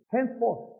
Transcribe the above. Henceforth